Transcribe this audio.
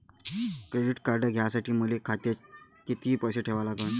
Credit card घ्यासाठी मले खात्यात किती पैसे ठेवा लागन?